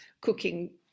cooking